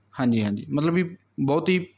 ਹਾਂਜੀ ਹਾਂਜੀ ਮਤਲਬ ਵੀ ਬਹੁਤ